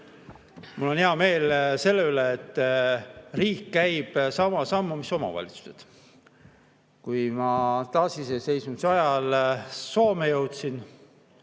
Mul on hea meel selle üle, et riik käib sama sammu, mis omavalitsused. Kui ma taasiseseisvuse ajal Soome jõudsin